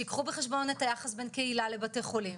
שייקחו בחשבון את היחס בין קהילה לבתי חולים,